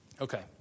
Okay